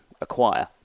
acquire